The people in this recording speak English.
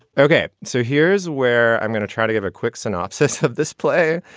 okay. so here's where i'm going to try to give a quick synopsis of this play.